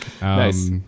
Nice